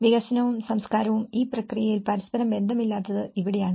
വികസനവും സംസ്കാരവും ഈ പ്രക്രിയയിൽ പരസ്പരം ബന്ധമില്ലാത്തത് ഇവിടെയാണ്